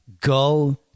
go